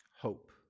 hope